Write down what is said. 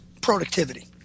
productivity